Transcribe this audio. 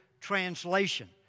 translation